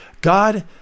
God